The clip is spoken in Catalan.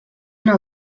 una